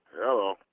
Hello